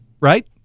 right